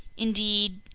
indeed.